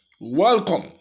Welcome